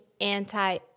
anti